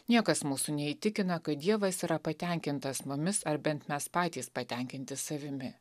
niekas mūsų neįtikina kad dievas yra patenkintas mumis ar bent mes patys patenkinti savimi